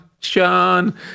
sean